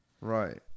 Right